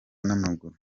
n’amaguru